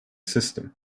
system